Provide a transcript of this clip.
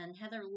Heather